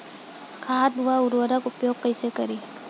खाद व उर्वरक के उपयोग कइसे करी?